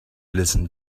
listen